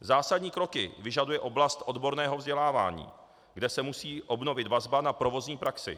Zásadní kroky vyžaduje oblast odborného vzdělávání, kde se musí obnovit vazba na provozní praxi.